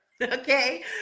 Okay